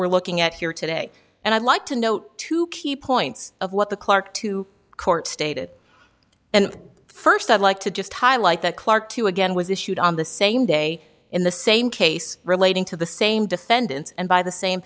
we're looking at here today and i'd like to note two key points of what the clarke to court stated and first i'd like to just highlight that clarke to again was issued on the same day in the same case relating to the same defendants and by the same